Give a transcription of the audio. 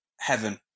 heaven